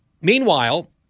Meanwhile